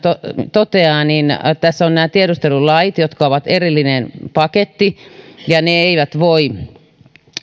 toteaa tässä ovat nämä tiedustelulait jotka ovat erillinen paketti ja jotka eivät voi